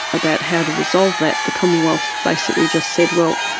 about how to resolve that, the commonwealth basically just said, well